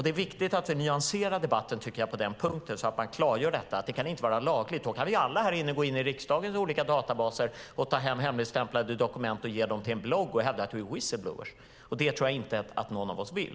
Det är viktigt att nyansera debatten på den punkten och klargöra att detta inte kan vara lagligt. I så fall skulle vi alla här kunna gå in i riksdagens olika databaser, ta hem hemligstämplade dokument, ge dem till en blogg och hävda att vi är whistleblowers. Det tror jag inte att någon av oss vill.